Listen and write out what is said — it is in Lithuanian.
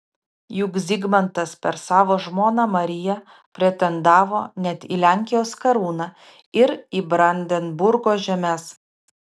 juk zigmantas per savo žmoną mariją pretendavo net į lenkijos karūną ir į brandenburgo žemes